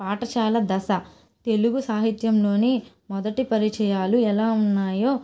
పాఠశాల దశ తెలుగు సాహిత్యంలోని మొదటి పరిచయాలు ఎలా ఉన్నాయో